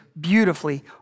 beautifully